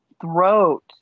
throat